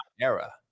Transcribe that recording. era